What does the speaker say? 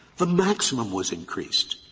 the maximum was increased.